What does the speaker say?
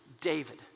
David